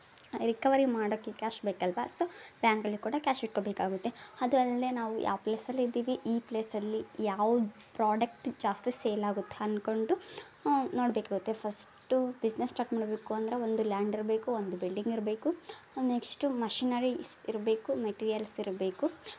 recovery ಮಾಡಕ್ಕೆ cash ಬೇಕಲ್ಲವಾ so ಬ್ಯಾಂಕಲ್ಲಿ ಕೂಡ ಕ್ಯಾಶ್ ಇಟ್ಕೋಬೇಕಾಗುತ್ತೆ ಅದು ಅಲ್ಲದೆ ನಾವು ಯಾವ ಪ್ಲೇಸಲ್ಲಿ ಇದ್ದೀವಿ ಈ ಪ್ಲೇಸಲ್ಲಿ ಯಾವ್ದು ಪ್ರೋಡಕ್ಟ್ ಜಾಸ್ತಿ ಸೇಲ್ ಆಗುತ್ತೆ ಅನ್ಕೊಂಡು ನೋಡಬೇಕಾಗುತ್ತೆ ಫಸ್ಟು ಬಿಸ್ನೆಸ್ ಸ್ಟಾಟ್ ಮಾಡಬೇಕು ಅಂದರೆ ಒಂದು ಲ್ಯಾಂಡ್ ಇರಬೇಕು ಒಂದು ಬಿಲ್ಡಿಂಗ್ ಇರಬೇಕು ನೆಕ್ಷ್ಟು ಮಷಿನರೀಸ್ ಇರಬೇಕು ಮೆಟಿರಿಯಲ್ಸ್ ಇರಬೇಕು